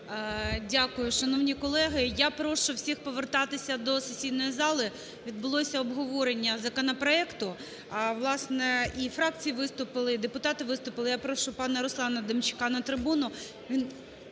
Дякую. Шановні колеги, я прошу всіх повертатися до сесійної зали. Відбулося обговорення законопроекту, власне, і фракції виступили, і депутати виступили. Я прошу пана Руслана Демчака на трибуну,